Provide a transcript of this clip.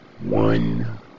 one